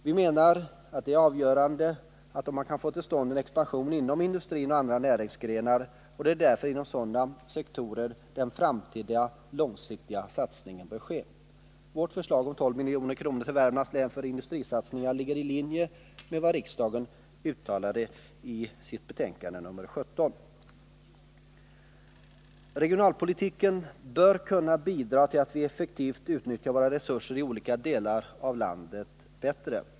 Vi menar att avgörande är om man kan få till stånd en expansion inom industrin och andra näringsgrenar. Det är därför inom sådana sektorer den framtida långsiktiga satsningen bör ske. Vårt förslag om 12 milj.kr. till Värmlands län för industrisatsningar ligger i linje med vad riksdagen uttalade i samband med behandlingen av arbetsmarknadsutskottets betänkande nr 17. Regionalpolitiken bör kunna bidra till att vi bättre utnyttjar våra resurser i olika delar av landet.